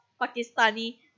Pakistani